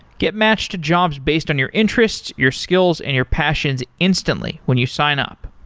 get matched to jobs based on your interests, your skills and your passions instantly when you sign up.